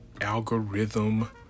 algorithm